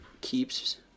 keeps